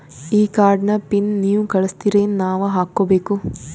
ಈ ಕಾರ್ಡ್ ನ ಪಿನ್ ನೀವ ಕಳಸ್ತಿರೇನ ನಾವಾ ಹಾಕ್ಕೊ ಬೇಕು?